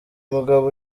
mugabo